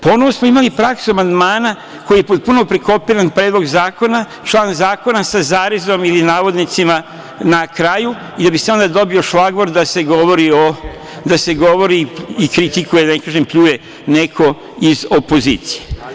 Ponovo smo imali praksu amandmana koji je potpuno prekopiran Predlog zakona, član zakona sa zarezom ili navodnicima na kraju, da bi se onda dobio šlagort da se govori i kritikuje, da ne kažem, pljuje neko iz opozicije.